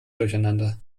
durcheinander